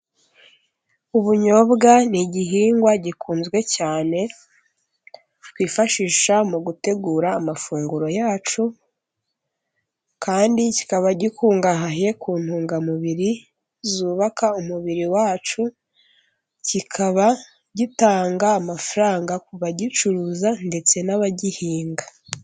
Ubunyobwa ni igihingwa gikunzwe cyane, twifashisha mu gutegura amafunguro yacu kandi kikaba gikungahaye ku ntungamubiri zubaka umubiri wacu, kikaba gitanga amafaranga ku bagicuruza ndetse n'abagihinga.